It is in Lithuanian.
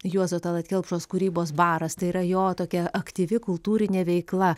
juozo talat kelpšos kūrybos baras tai yra jo tokia aktyvi kultūrinė veikla